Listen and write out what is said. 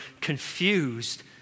confused